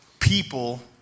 people